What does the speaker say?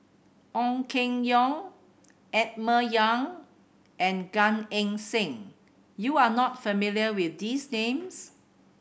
Ong Keng Yong Emma Yong and Gan Eng Seng you are not familiar with these names